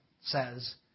says